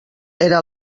era